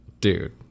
Dude